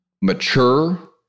mature